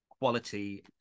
quality